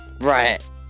Right